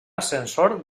ascensor